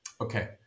Okay